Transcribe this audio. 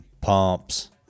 pumps